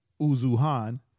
Uzuhan